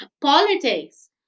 politics